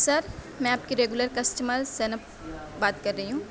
سر میں آپ کی ریگولر کسٹمر زینب بات کر رہی ہوں